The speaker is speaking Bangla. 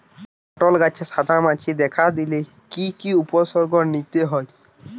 পটল গাছে সাদা মাছি দেখা দিলে কি কি উপসর্গ নিতে হয়?